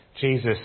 Jesus